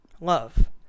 Love